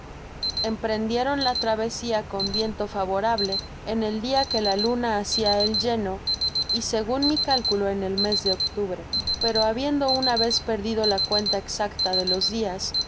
emprendieron la travesía con viento favorable en el dia que la luna hacia el lleno y segun mi cálculo en el mes de octubre pero habiendo una vez perdido la cuenta exacta de los dias